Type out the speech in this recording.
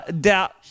doubt